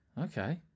Okay